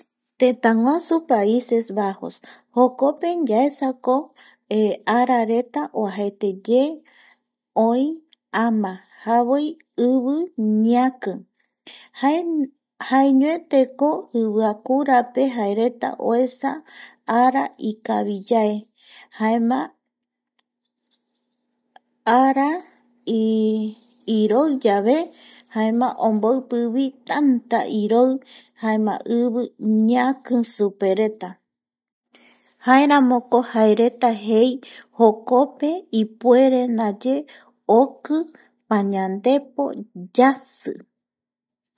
Tëtäguasu Paises Bajo jokope yaesako arareta oajeteye oi ama javoi ivi ñaki jaeñoeteko iviakurape jaereta oesa ara ikaviyevae jaema. Ara iroiyave jaema omboipivi ivi ñaki supereta jaeramoko jaereta jei jokope ipuere ndaye oki pañandepo yasi